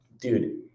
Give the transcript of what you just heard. Dude